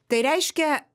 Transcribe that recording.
tai reiškia